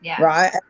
Right